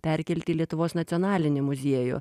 perkelti į lietuvos nacionalinį muziejų